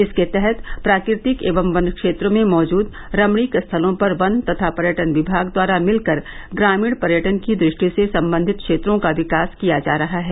इसके तहत प्राकृतिक एवं वन क्षेत्र में मौजूद रमणीक स्थलों पर वन तथा पर्यटन विभाग द्वारा मिलकर ग्रामीण पर्यटन की ट्रष्टि से सम्बंधित क्षेत्रों का विकास किया जा रहा है